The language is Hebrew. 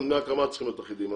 גם דמי הקמה צריכים להיות אחידים.